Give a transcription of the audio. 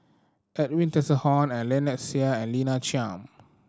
Edwin Tessensohn Lynnette Seah and Lina Chiam